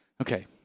Okay